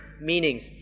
meanings